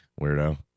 Weirdo